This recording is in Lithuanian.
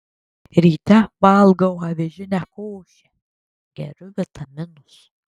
ryte valgau avižinę košę geriu vitaminus